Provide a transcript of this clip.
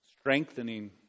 Strengthening